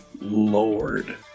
lord